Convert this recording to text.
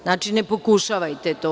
Znači, ne pokušavajte to.